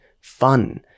fun